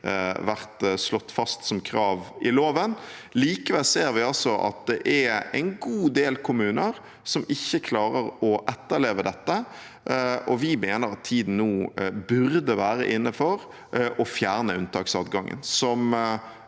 slått fast som krav i loven. Likevel ser vi altså at det er en god del kommuner som ikke klarer å etterleve dette. Vi mener tiden nå burde være inne for å fjerne unntaksadgangen,